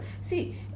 see